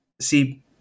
see